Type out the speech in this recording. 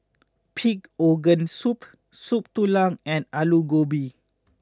Pig Organ Soup Soup Tulang and Aloo Gobi